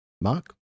Mark